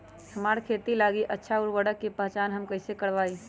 हमार खेत लागी अच्छा उर्वरक के पहचान हम कैसे करवाई?